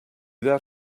that